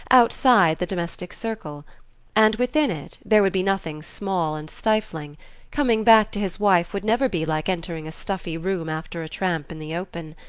outside the domestic circle and within it there would be nothing small and stifling coming back to his wife would never be like entering a stuffy room after a tramp in the open.